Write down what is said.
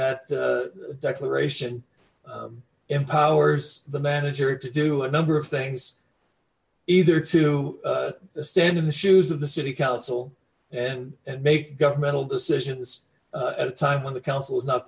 that declaration empowers the manager to do a number of things either to stand in the shoes of the city council and and make governmental decisions at a time when the